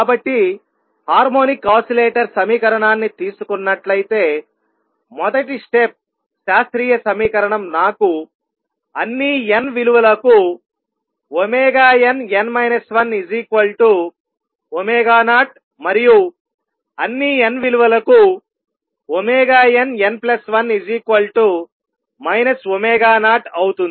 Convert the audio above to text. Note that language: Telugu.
కాబట్టి హార్మోనిక్ ఓసిలేటర్ సమీకరణాన్ని తీసుకున్నట్లయితే మొదటి స్టెప్ శాస్త్రీయ సమీకరణం నాకు అన్నీ n విలువలకు nn 10 మరియు అన్నీ n విలువలకు nn1 0 అవుతుంది